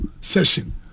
session